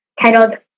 titled